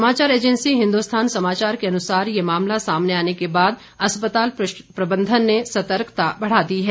समाचार ऐजैंसी हिन्दुस्थान समाचार के अनुसार ये मामला सामने आने के बाद अस्पताल प्रबंधन ने सतर्कता बढ़ा दी है